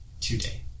today